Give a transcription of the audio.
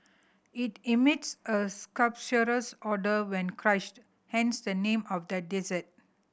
it emits a sulphurous odour when crushed hence the name of the dessert